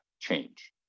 change